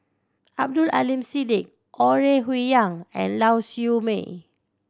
Abdul Aleem Siddique Ore Huiying and Lau Siew Mei